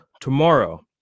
Tomorrow